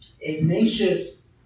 Ignatius